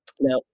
Now